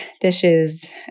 dishes